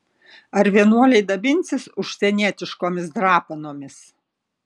ar vienuoliai dabinsis užsienietiškomis drapanomis